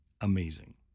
amazing